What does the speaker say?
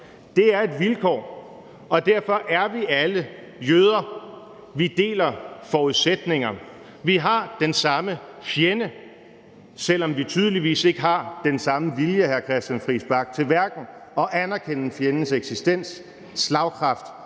Det er et vilkår, og derfor er vi alle jøder. Vi deler forudsætninger. Vi har den samme fjende, selv om vi tydeligvis ikke har den samme vilje, hr. Christian Friis Bach, hverken til at anerkende fjendens eksistens, slagkraft,